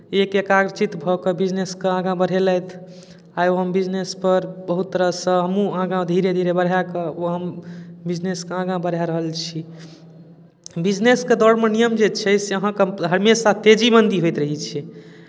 एक एकाग्रचित भऽ कऽ बिजनेसकेँ आगाँ बढ़ेलथि आइ ओ हम बिजनेसपर बहुत तरहसँ हमहूँ आगाँ धीरे धीरे बढ़ाए कऽ ओ हम बिजनेसकेँ आगाँ बढ़ा रहल छी बिजनेसके दौड़मे नियम जे छै से अहाँकेँ हमेशा तेजी मन्दी होइत रहै छै